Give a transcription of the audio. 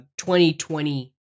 2020